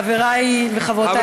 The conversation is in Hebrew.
חברי וחברותי השרים,